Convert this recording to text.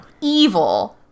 Evil